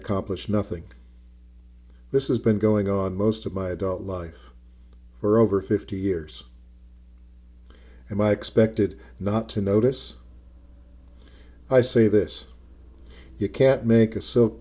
accomplish nothing this is been going on most of my adult life for over fifty years and i expected not to notice i say this you can't make a s